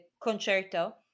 concerto